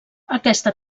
aquesta